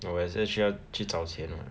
我也需要去找钱 ah